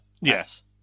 yes